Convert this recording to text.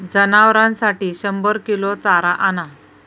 जनावरांसाठी शंभर किलो चारा आणा